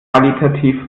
qualitativ